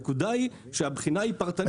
הנקודה היא שהבחינה היא פרטנית.